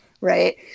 right